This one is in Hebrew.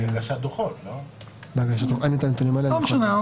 לא משנה.